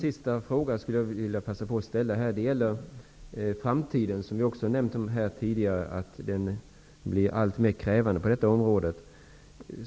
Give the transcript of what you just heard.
Herr talman! Jag vill passa på att ställa ytterligare en fråga. Den gäller framtiden, som blir alltmer krävande när det gäller detta område.